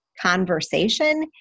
conversation